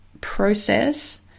process